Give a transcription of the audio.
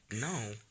No